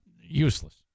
useless